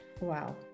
Wow